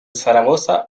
zaragoza